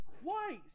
twice